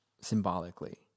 symbolically